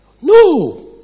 No